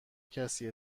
کسی